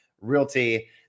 Realty